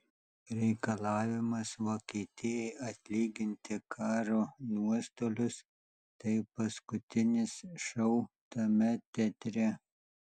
reikalavimas vokietijai atlyginti karo nuostolius tai paskutinis šou tame teatre